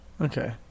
Okay